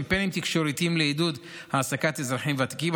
קמפיינים תקשורתיים לעידוד העסקת אזרחים ותיקים,